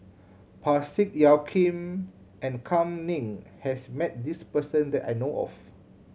Parsick Joaquim and Kam Ning has met this person that I know of